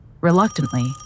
Reluctantly